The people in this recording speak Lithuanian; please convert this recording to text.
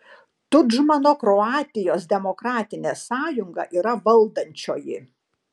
tudžmano kroatijos demokratinė sąjunga yra valdančioji